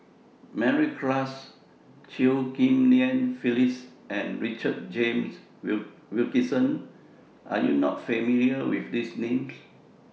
Mary Klass Chew Ghim Lian Phyllis and Richard James Wilkinson Are YOU not familiar with These Names